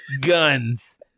guns